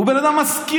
הוא בן אדם משכיל.